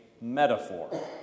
metaphor